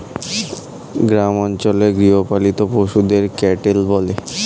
গ্রামেগঞ্জে গৃহপালিত পশুদের ক্যাটেল বলে